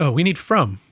ah we need from,